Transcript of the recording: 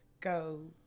go